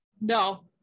No